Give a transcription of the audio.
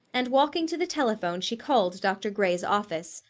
and walking to the telephone she called dr. gray's office.